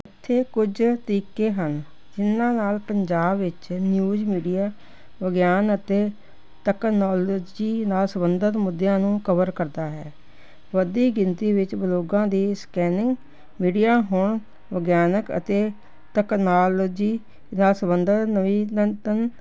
ਇੱਥੇ ਕੁਝ ਤਰੀਕੇ ਹਨ ਜਿਹਨਾਂ ਨਾਲ ਪੰਜਾਬ ਵਿੱਚ ਨਿਊਜ਼ ਮੀਡੀਆ ਵਿਗਿਆਨ ਅਤੇ ਤਕਨੋਲਜੀ ਨਾਲ ਸੰਬੰਧਿਤ ਮੁੱਦਿਆਂ ਨੂੰ ਕਵਰ ਕਰਦਾ ਹੈ ਵੱਧਦੀ ਗਿਣਤੀ ਵਿੱਚ ਬਲੋਗਾਂ ਦੀ ਸਕੈਨਿੰਗ ਮੀਡੀਆ ਹੋਣ ਵਿਗਿਆਨਕ ਅਤੇ ਟੈਕਨਾਲਜੀ ਦਾ ਸਬੰਧ ਨਵੀਨਤਨ